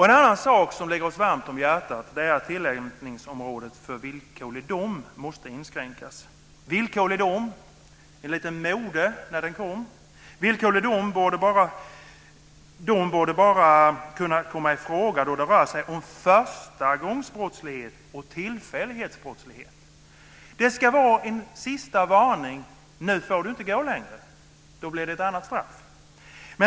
En annan sak som ligger oss varmt om hjärtat är att tillämpningsområdet för villkorlig dom inskränks. Villkorlig dom var litet mode när den kom. Villkorlig dom borde bara kunna komma i fråga när det rör sig om förstagångsbrottslighet och tillfällighetsbrottslighet. Det ska vara en sista varning: Nu får du inte gå längre. Då blir det ett annat straff.